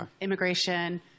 immigration